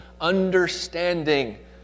understanding